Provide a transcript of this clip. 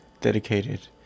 dedicated